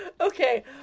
Okay